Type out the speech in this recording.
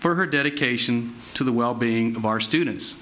for her dedication to the well being of our students